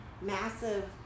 massive